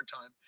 time